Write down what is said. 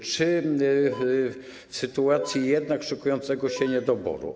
Tylko czy w sytuacji jednak szykującego się niedoboru.